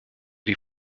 die